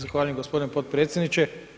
Zahvaljujem gospodine podpredsjedniče.